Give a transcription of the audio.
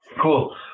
Cool